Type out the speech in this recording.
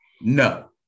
No